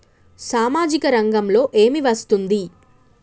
సామాజిక రంగంలో ఏమి వస్తుంది?